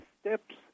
steps